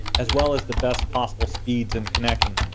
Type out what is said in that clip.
as well as the best possible speeds and connection.